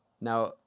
Now